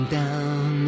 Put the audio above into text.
down